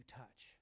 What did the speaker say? touch